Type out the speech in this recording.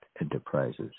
enterprises